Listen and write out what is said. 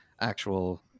actual